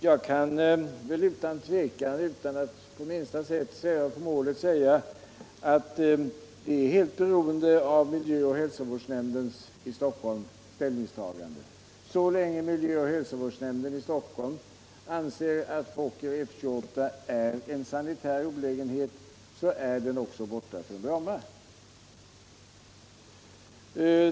Jag kan väl utan att på minsta sätt sväva på målet säga att det är helt beroende av miljöoch hälsovårdsnämndens i Stockholm ställningstagande. Så länge miljöoch hälsovårdsnämnden i Stockholm anser att Fokker F-28 är en sanitär olägenhet är den också borta från Bromma.